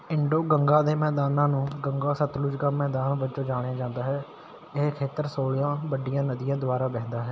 Indo Ganga ਦੇ ਮੈਦਾਨਾਂ ਨੂੰ ਗੰਗਾ ਸਤਲੁਜ ਕਾ ਮੈਦਾਨ ਵਜੋਂ ਜਾਣਿਆ ਜਾਂਦਾ ਹੈ ਇਹ ਖੇਤਰ ਸੋਲਾਂ ਵੱਡੀਆਂ ਨਦੀਆਂ ਦੁਆਰਾ ਵਹਿੰਦਾ ਹੈ